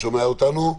בוקר טוב,